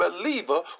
believer